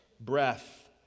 breath